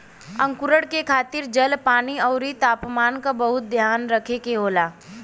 अंकुरण के खातिर जल, पानी आउर तापमान क बहुत ध्यान रखे के होला